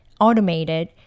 automated